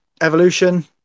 evolution